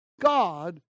God